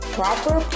proper